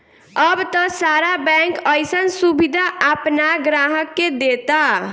अब त सारा बैंक अइसन सुबिधा आपना ग्राहक के देता